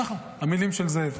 ככה, המילים של זאב.